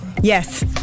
Yes